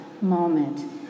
moment